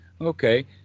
Okay